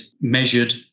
measured